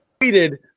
tweeted